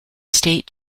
state